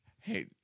Hey